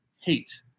hate